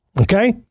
Okay